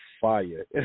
fire